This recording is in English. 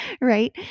right